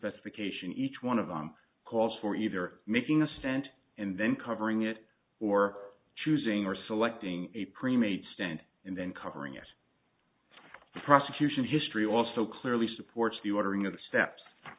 specification each one of them calls for either making a stent and then covering it or choosing or selecting a pre made stand and then covering it the prosecution history also clearly supports the ordering of the steps